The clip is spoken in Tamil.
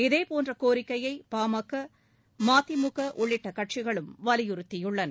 இதேபோன்ற கோிக்கையை பா ம க ம தி மு க உள்ளிட்ட கட்சிகளும் வலியுறுத்தியுள்ளன